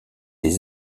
les